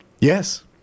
Yes